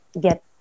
get